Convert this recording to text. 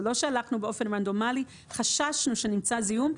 לא הלכנו באופן רנדומלי אלא חששנו שנמצא זיהום.